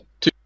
two